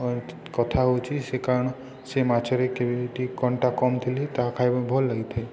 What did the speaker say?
କଥା ହେଉଛି ସେ କାରଣ ସେ ମାଛରେ କେବେ କଣ୍ଟା କମ୍ ଥିଲେ ତାହା ଖାଇବା ଭଲ ଲାଗିଥାଏ